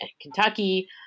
Kentucky